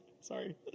sorry